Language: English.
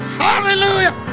hallelujah